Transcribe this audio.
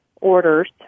orders